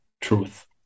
truth